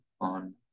on